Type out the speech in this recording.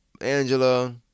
Angela